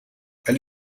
ولی